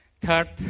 third